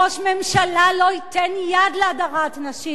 ראש ממשלה לא ייתן יד להדרת נשים.